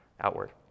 outward